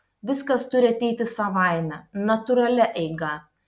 viskas turi ateiti savaime natūralia eiga